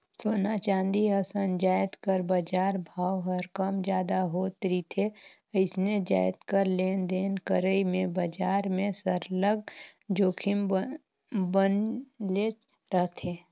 सोना, चांदी असन जाएत कर बजार भाव हर कम जादा होत रिथे अइसने जाएत कर लेन देन करई में बजार में सरलग जोखिम बनलेच रहथे